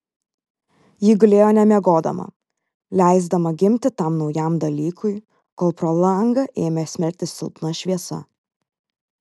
ji gulėjo nemiegodama leisdama gimti tam naujam dalykui kol pro langą ėmė smelktis silpna šviesa